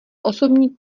osobní